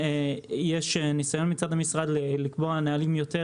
יש ניסיון מצד המשרד לקבוע נהלים יותר